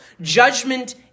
Judgment